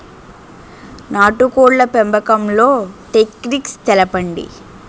నాటుకోడ్ల పెంపకంలో టెక్నిక్స్ తెలుపండి?